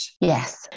yes